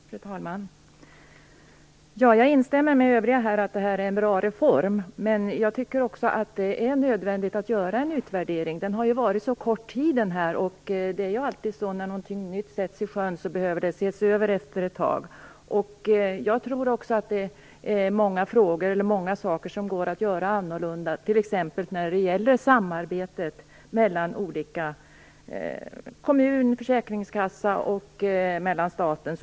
Fru talman! Jag instämmer i att det här är en bra reform, men jag tycker också att det är nödvändigt att göra en utvärdering. De nya reglerna har ju funnits så kort tid, och när något nytt sätts i sjön behöver det ju ses över efter ett tag. Jag tror att mycket går att göra annorlunda, t.ex. vad gäller samarbetet mellan kommun, försäkringskassa och staten.